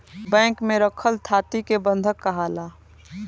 bank में रखल थाती के बंधक काहाला